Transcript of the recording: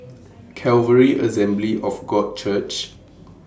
Calvary Assembly of God Church